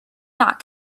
not